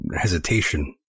hesitation